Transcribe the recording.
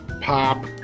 pop